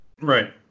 Right